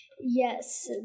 Yes